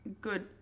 Good